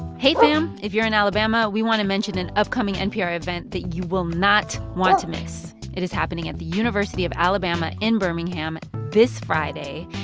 hey, fam. if you're in alabama, we want to mention an upcoming npr event that you will not want to miss. it is happening at the university of alabama in birmingham this friday.